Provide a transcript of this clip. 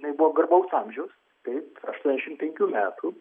jinai buvo garbaus amžiaus taip aštuoniasdešimt penkių metų